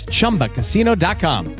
Chumbacasino.com